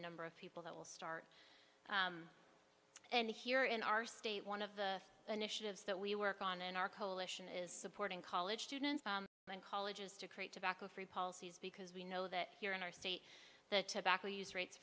number of people that will start and here in our state one of the initiatives that we work on in our coalition is supporting college students and colleges to create tobacco free policies because we know that here in our state the tobacco use rates